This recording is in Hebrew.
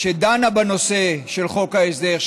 שדנה בנושא של חוק ההסדר,